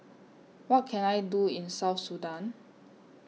What Can I Do in South Sudan